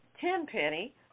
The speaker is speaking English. Tenpenny